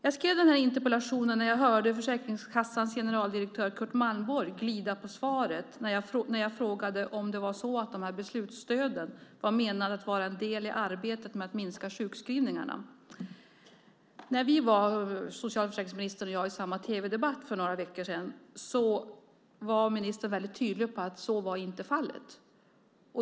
Jag skrev denna interpellation när jag hörde Försäkringskassans generaldirektör Curt Malmborg glida på svaret när jag frågade om det var så att beslutsstöden var menade att vara en del i arbetet med att minska sjukskrivningarna. När socialförsäkringsministern och jag var i samma tv-debatt för några veckor sedan var ministern mycket tydlig med att så var inte fallet.